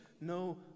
no